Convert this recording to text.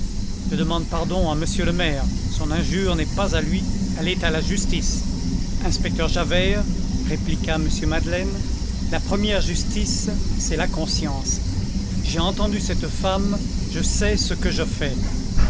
je demande pardon à monsieur le maire son injure n'est pas à lui elle est à la justice inspecteur javert répliqua m madeleine la première justice c'est la conscience j'ai entendu cette femme je sais ce que je fais